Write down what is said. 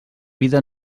vida